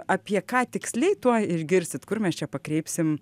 apie ką tiksliai tuoj išgirsit kur mes čia pakreipsim